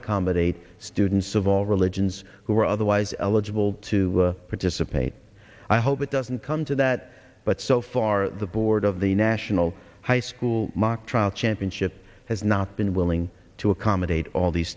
accommodate students of all religions who are otherwise eligible to participate i hope it doesn't come to that but so far the board of the national high school mock trial championship has not been willing to accommodate all these